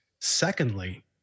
Secondly